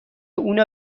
اونو